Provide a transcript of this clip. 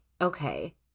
okay